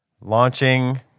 Launching